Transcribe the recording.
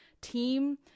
team